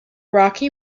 rocky